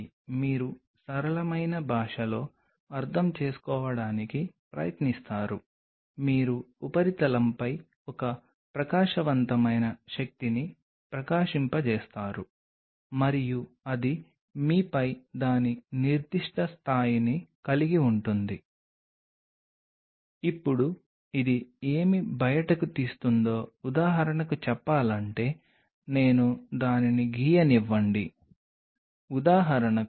ఈ రోజు మనం ఏమి చేస్తాము సెల్ కల్చర్ టెక్నాలజీలో ప్రస్తుతం ఉపయోగిస్తున్న వివిధ రకాల సింథటిక్ మరియు నేచురల్ ఎక్స్ట్రాసెల్యులార్ మ్యాట్రిక్స్ను మేము మొదటగా గణిస్తాము